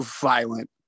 violent